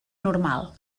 normal